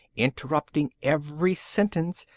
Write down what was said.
interrupting every sentence,